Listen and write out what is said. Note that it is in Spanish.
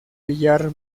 villar